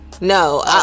No